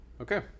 Okay